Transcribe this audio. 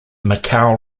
macau